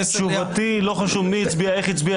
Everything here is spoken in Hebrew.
לא חשוב מי הצביע ואיך.